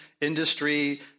industry